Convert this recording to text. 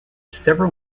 several